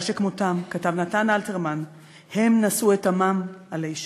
שכמותם כתב נתן אלתרמן: 'הם נשאו את עמם עלי שכם'".